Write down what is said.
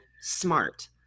smart